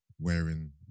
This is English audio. wearing